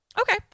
okay